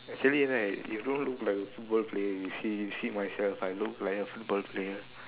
actually right you don't look like a football player you see you see myself I look like a football player